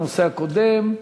הנושא הקודם.